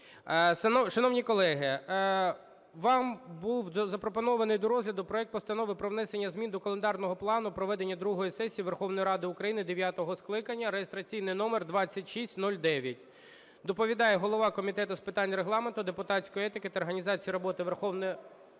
Шановні колеги, вам був запропонований до розгляду проект Постанови про внесення змін до календарного плану проведення другої сесії Верховної Ради України дев'ятого скликання (реєстраційний номер 2609). Доповідає голова Комітету з питань регламенту, депутатської етики та організації роботи Верховної Ради України